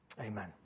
Amen